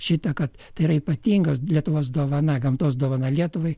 šita kad tai yra ypatinga lietuvos dovana gamtos dovana lietuvai